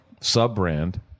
sub-brand